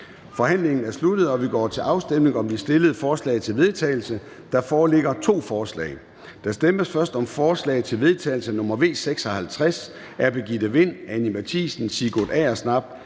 Forhandlingen er allerede sluttet, og vi går til afstemning om de fremsatte forslag til vedtagelse. Der foreligger to forslag. Der stemmes først om forslag til vedtagelse nr. V 56 af Birgitte Vind (S), Anni Matthiesen (V), Sigurd Agersnap